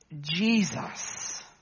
Jesus